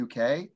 UK